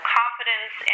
confidence